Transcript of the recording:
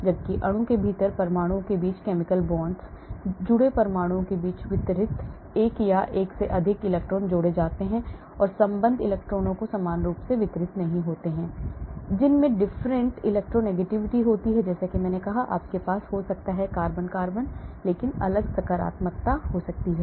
जबकि अणु के भीतर परमाणुओं के बीच chemical bonds जुड़े परमाणुओं के बीच वितरित एक या एक से अधिक इलेक्ट्रॉन जोड़े होते हैं और संबंध इलेक्ट्रॉनों को समान रूप से वितरित नहीं होते हैं जिनमें different electronegativity होती है जैसे कि मैंने कहा हे आपके पास हो सकता है कार्बन कार्बन अलग सकारात्मक हो सकता है